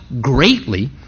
greatly